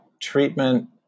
treatment